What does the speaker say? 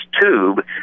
tube